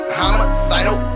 homicidal